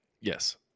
Yes